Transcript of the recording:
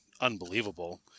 unbelievable